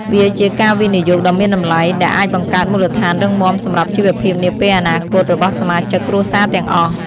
វាជាការវិនិយោគដ៏មានតម្លៃ ដែលអាចបង្កើតមូលដ្ឋានរឹងមាំសម្រាប់ជីវភាពនាពេលអនាគតរបស់សមាជិកគ្រួសារទាំងអស់។